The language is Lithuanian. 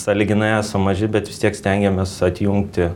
sąlyginai esam maži bet vis tiek stengiamės atjungti